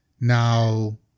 Now